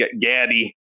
Gaddy